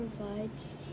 provides